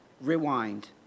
rewind